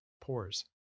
pores